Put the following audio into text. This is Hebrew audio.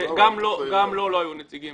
גם לו לא היו נציגים